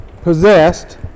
possessed